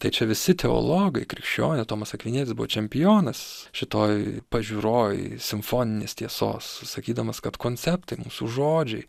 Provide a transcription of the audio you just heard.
tai čia visi teologai krikščiai tomas akvinietis buvo čempionas šitoj pažiūroj simfoninės tiesos sakydamas kad konceptai mūsų žodžiai